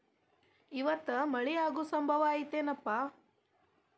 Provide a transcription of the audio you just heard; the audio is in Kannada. ಇವತ್ತ ಮಳೆ ಆಗು ಸಂಭವ ಐತಿ ಏನಪಾ?